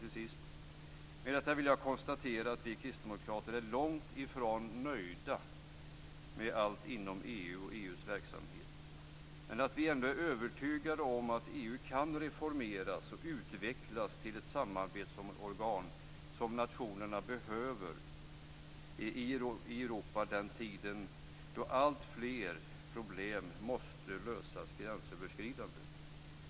Till sist vill jag konstatera att vi kristdemokrater är långt ifrån nöjda med allt inom EU och EU:s verksamhet, men att vi ändå är övertygade om att EU kan reformeras och utvecklas till ett samarbetsorgan som nationerna behöver i Europa i en tid då alltfler problem måste lösas gränsöverskridande.